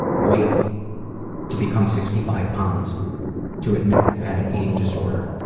wait to become sixty five pounds to admit that you have an eating disorder.